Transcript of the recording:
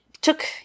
took